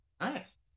Nice